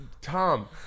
Tom